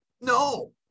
No